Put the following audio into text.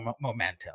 momentum